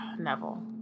Neville